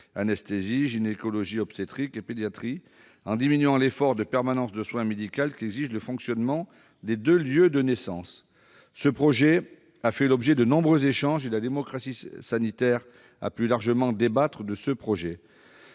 anesthésie, gynécologie-obstétrique et pédiatrie -en diminuant l'effort de permanence de soins médicale qu'exige le fonctionnement de deux lieux de naissance. Ce projet a fait l'objet de nombreux échanges et la démocratie sanitaire a pu largement en débattre. Soyez